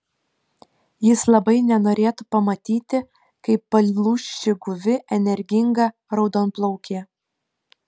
jis labai nenorėtų pamatyti kaip palūš ši guvi energinga raudonplaukė